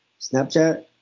Snapchat